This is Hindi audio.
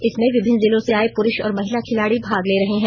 इसमें विभिन्न जिलों से आए पुरुष और महिला खिलाड़ी भाग ले रहे हैं